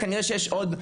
כנראה שיש עוד,